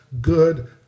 good